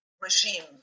regime